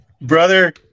brother